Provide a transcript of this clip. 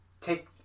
take